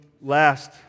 last